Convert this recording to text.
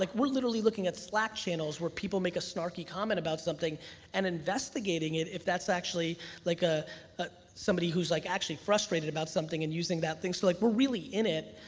like we're literally looking at slack channels where people make a snarky comment about something and investigating it if that's actually like ah ah somebody somebody who's like actually frustrated about something and using that, things like, we're really in it.